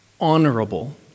honorable